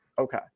Okay